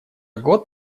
год